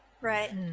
Right